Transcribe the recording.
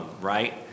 right